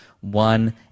one